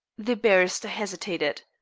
the barrister hesitated.